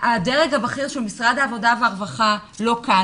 הדרג הבכיר של משרד העבודה והרווחה לא כאן